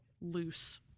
loose